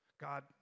God